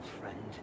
friend